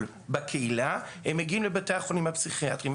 בקהילה הם מגיעים לבתי החולים הפסיכיאטריים.